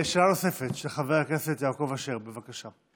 שאלה נוספת, של חבר הכנסת יעקב אשר, בבקשה.